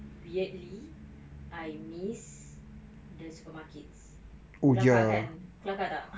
weirdly I miss the supermarkets kelakar kan kelakar tak